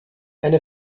eine